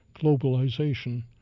globalization